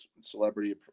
celebrity